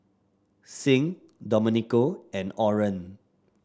Sing Domenico and Orren